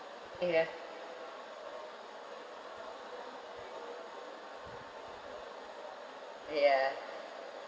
ya ya